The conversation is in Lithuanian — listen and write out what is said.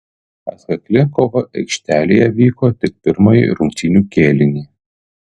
atkakli kova aikštelėje vyko tik pirmąjį rungtynių kėlinį